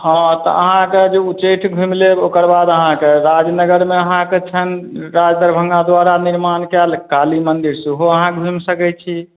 हँ तऽ अहाँके जे उच्चैठ घुमि लेब ओकर बाद अहाँके राजनगरमे अहाँके छन्हि राज दरभंगा द्वारा निर्माण कयल काली मन्दिर सेहो अहाँ घुमि सकय छी